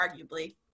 arguably